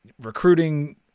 recruiting